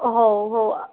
ହଉ ହଉ